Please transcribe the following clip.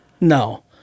no